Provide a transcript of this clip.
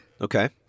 Okay